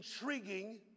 intriguing